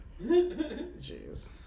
Jeez